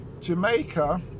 Jamaica